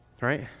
Right